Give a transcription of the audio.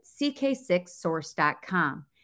ck6source.com